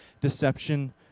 deception